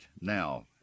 now